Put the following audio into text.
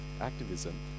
activism